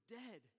dead